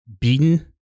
beaten